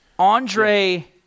Andre